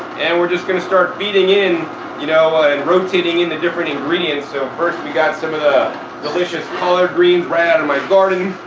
and we're just going to start feeding in you know and rotating in the different ingredients. so first we got some of the delicious collard greens right and my garden.